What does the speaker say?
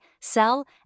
sell